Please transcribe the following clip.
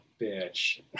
bitch